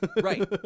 right